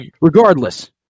regardless